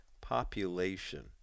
Population